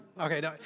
Okay